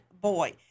boy